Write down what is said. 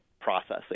processing